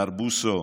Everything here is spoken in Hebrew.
מר בוסו,